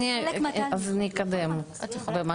אז נקדם את זה במקביל.